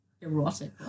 erotic